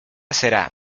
será